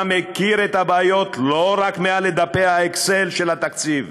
אתה מכיר את הבעיות לא רק מעל לדפי ה"אקסל" של התקציב,